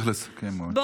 צריך לסכם עוד שנייה.